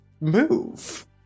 move